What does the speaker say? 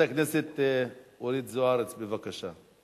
חברת הכנסת אורית זוארץ, בבקשה.